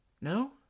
No